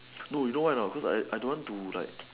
no you know why anot cause I don't want to like